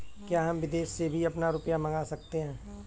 क्या हम विदेश से भी अपना रुपया मंगा सकते हैं?